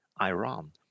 Iran